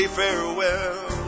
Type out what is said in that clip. farewell